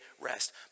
rest